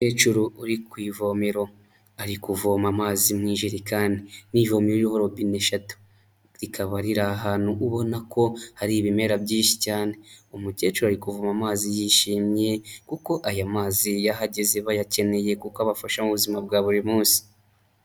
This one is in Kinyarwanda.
Umukecuru uri ku ivomero ari kuvoma amazi mu ijerekani n'ivomero ririho robine eshatu rikaba riri ahantu ubona ko hari ibimera byinshi cyane umukecuru ari kuvoma amazi yishimye kuko ayo mazi yahageze bayakeneye kuko abafasha mu buzima bwa buri munsi.